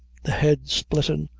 the head splittin',